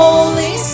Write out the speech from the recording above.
Holy